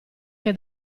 che